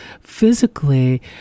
Physically